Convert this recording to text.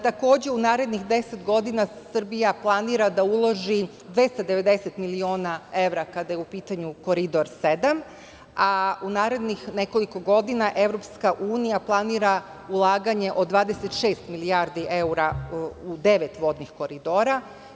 Takođe, u narednih deset godina Srbija planira da uloži 290 miliona evra kada je u pitanju Koridor 7, a u narednih nekoliko godina EU planira ulaganje od 26 milijardi evra u devet vodnih koridora.